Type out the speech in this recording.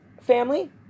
family